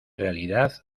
realidad